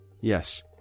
yes